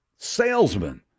Salesman